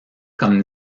comme